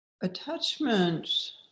Attachment